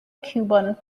cuban